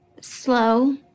slow